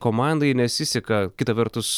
komandai nesiseka kita vertus